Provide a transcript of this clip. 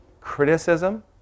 criticism